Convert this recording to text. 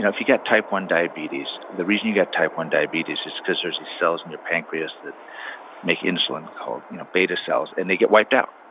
if you get type one diabetes, the reason you got type one diabetes is because there's these cells in your pancreas that make insulin called you know beta cells, and they get wiped out,